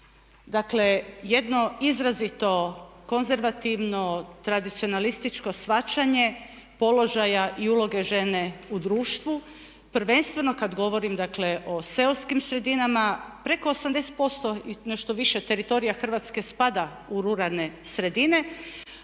Dakle, jedno izrazito konzervativno tradicionalističko shvaćanje položaja i uloge žene u društvu prvenstveno kad govorim o seoskim sredinama, preko 80% i nešto više teritorija Hrvatske spada u ruralne sredine